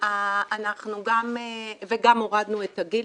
גם הורדנו את הגיל,